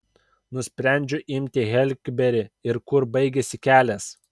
nusprendžiu imti heklberį ir kur baigiasi kelias